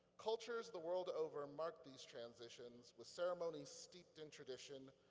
cultures the world over mark these transitions with ceremonies steeped in tradition.